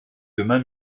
demain